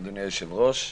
אדוני היושב-ראש,